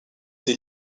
des